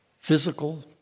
physical